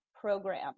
program